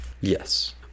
Yes